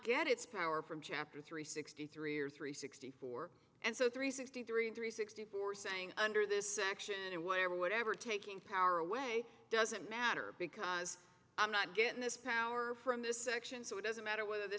get its power from chapter three sixty three or three sixty four and so three sixty three three sixty four saying under this section and where whatever taking power away doesn't matter because i'm not getting this power from this section so it doesn't matter whether the